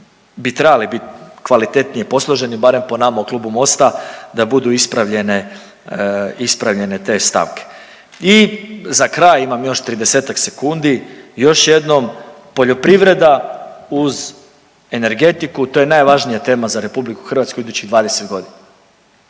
bi trebale biti kvalitetnije posložene barem po nama u Klubu MOST-a da budu ispravljene, ispravljene te stavke. I za kraj, imam još 30-ak sekundi, još jednom poljoprivreda uz energetiku to je najvažnija tema za RH u idućih 20 godina